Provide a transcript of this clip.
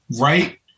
right